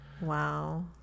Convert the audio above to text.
Wow